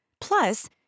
Plus